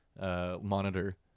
monitor